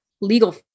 legal